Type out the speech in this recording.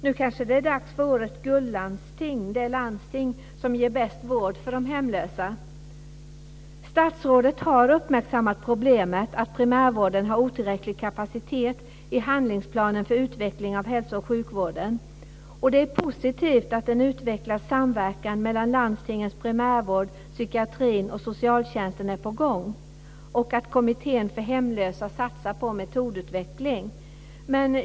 Nu kanske det är dags för årets "guldlandsting", dvs. det landsting som ger bäst vård för de hemlösa. Statsrådet har uppmärksammat problemet att primärvården har otillräcklig kapacitet i handlingsplanen för utveckling av hälso och sjukvården. Det är positivt att en utvecklad samverkan mellan landstingens primärvård, psykiatrin och socialtjänsten är på gång och att Kommittén för hemlösa satsar på metodutveckling.